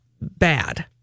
bad